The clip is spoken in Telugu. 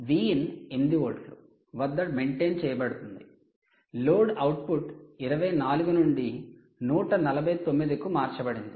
Vin 8 వోల్ట్ల వద్ద మైంటైన్ చేయబడుతుంది లోడ్ అవుట్పుట్ 24 నుండి 149 కు మార్చబడింది